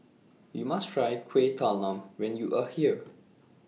YOU must Try Kuih Talam when YOU Are here